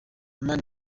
mani